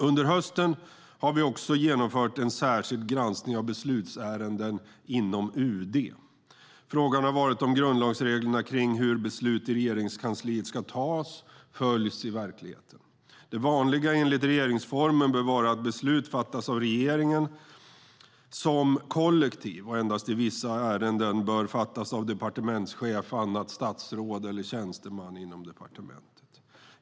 Under hösten har vi också genomfört en särskild granskning av beslutsärenden inom UD. Frågan har varit om grundlagsreglerna för hur beslut i Regeringskansliet ska tas följs i verkligheten. Det vanliga enligt regeringsformen bör vara att beslut fattas av regeringen som kollektiv, och endast vissa ärenden bör fattas av departementschef, av annat statsråd eller av tjänsteman inom departementet.